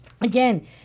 again